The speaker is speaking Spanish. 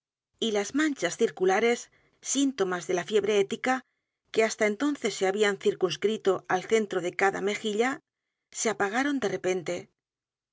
y las manchas circulares síntomas de la fiebre ética que hasta entonces se habían circunscrito al centro de cada mejilla se apagaron de repente